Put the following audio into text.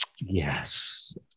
Yes